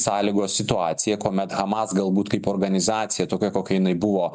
sąlygos situacija kuomet hamas galbūt kaip organizacija tokia kokia jinai buvo